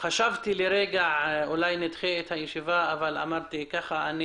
חשבתי אולי לדחות את הישיבה אבל כך אני